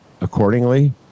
accordingly